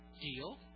Deal